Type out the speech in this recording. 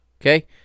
okay